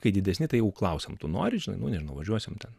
kai didesni tai jau klausiam tu nori žinai nu nežinau važiuosim ten